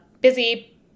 busy